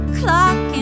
clock